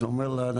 אז הוא אומר לה,